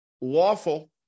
lawful